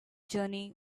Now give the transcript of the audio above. journey